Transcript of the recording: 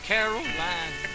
Caroline